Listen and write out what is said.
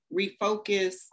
refocus